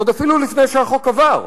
עוד אפילו לפני שהחוק עבר,